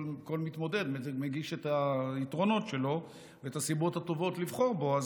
כל מתמודד מגיש את היתרונות שלו ואת הסיבות הטובות לבחור בו.